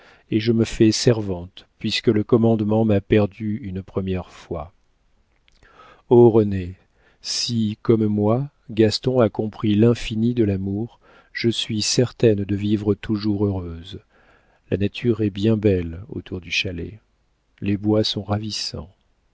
et je me fais servante puisque le commandement m'a perdue une première fois o renée si comme moi gaston a compris l'infini de l'amour je suis certaine de vivre toujours heureuse la nature est bien belle autour du chalet les bois sont ravissants